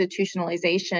institutionalization